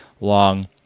long